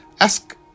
Ask